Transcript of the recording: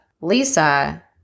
Lisa